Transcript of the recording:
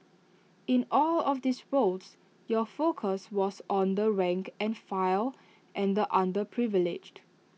in all of these roles your focus was on the rank and file and the underprivileged